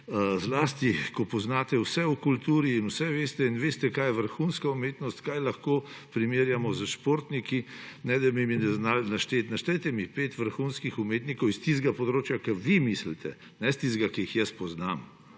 zlasti ko poznate vse o kulturi in vse veste in veste, kaj je vrhunska umetnost, kaj lahko primerjamo s športniki, ne da bi mi znali našteti – naštejte mi pet vrhunskih umetnikov s tistega področja, na katerega vi mislite, ne s tistih, ki jih jaz poznam.